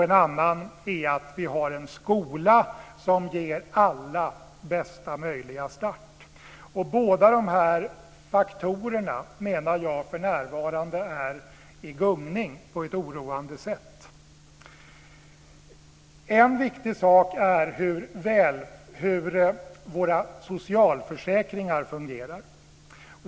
En annan är att vi har en skola som ger alla bästa möjliga start. Båda dessa faktorer är för närvarande i gungning på ett oroande sätt. En viktig sak är hur våra socialförsäkringar fungerar.